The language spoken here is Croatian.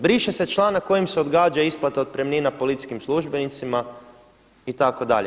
Briše se članak kojim se odgađa isplata otpremnina policijskim službenicima itd.